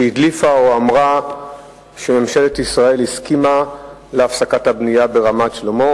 שהדליפה או אמרה שממשלת ישראל הסכימה להפסקת הבנייה ברמת-שלמה,